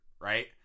right